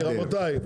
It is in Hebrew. רבותיי,